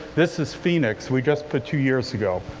this is phoenix, we just put two years ago.